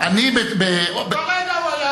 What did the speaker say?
אותו לילה הוא היה,